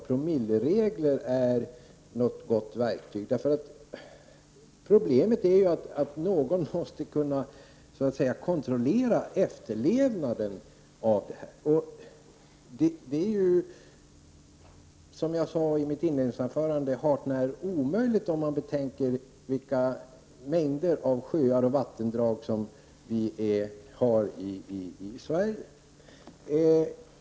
Jag är inte övertygad om det. Problemet är ju att någon måste kunna kontrollera efterlevnaden av dessa regler. Som jag sade i mitt inledningsanförande är det hart när omöjligt om man betänker vilka mängder av sjöar och vattendrag som vi har i Sverige.